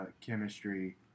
chemistry